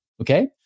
Okay